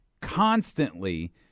constantly